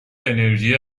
انرژی